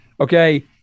Okay